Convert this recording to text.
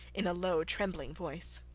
in a low, trembling voice.